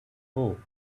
balked